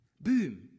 Boom